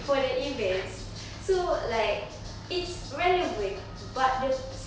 for their events so like it's relevant but the